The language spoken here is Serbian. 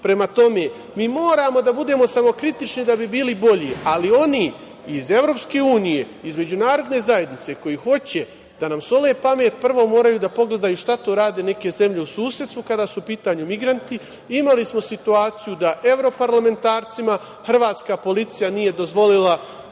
Prema tome, mi moramo da budemo samokritični da bi bili bolji. Ali oni iz EU, iz međunarodne zajednice, koji hoće da nam sole pamet, prvo moraju da pogledaju šta to rade neke zemlje u susedstvu kada su u pitanju migranti. Imali smo situaciju da evroparlamentarcima hrvatska policija nije dozvolila da